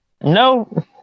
No